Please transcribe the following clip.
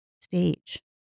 stage